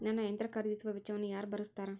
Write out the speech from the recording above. ನನ್ನ ಯಂತ್ರ ಖರೇದಿಸುವ ವೆಚ್ಚವನ್ನು ಯಾರ ಭರ್ಸತಾರ್?